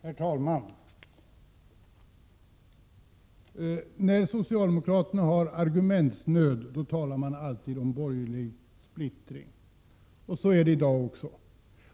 Herr talman! När socialdemokraterna har argumentnöd talar de alltid om borgerlig splittring. Så är det i dag också.